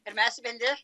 ir mes vieni